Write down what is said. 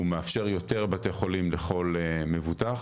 הוא מאפשר יותר בתי חולים לכל מבטוח,